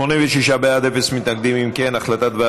הצעת ועדת החוקה,